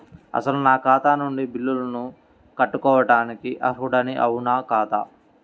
అసలు నా ఖాతా నుండి బిల్లులను కట్టుకోవటానికి అర్హుడని అవునా కాదా?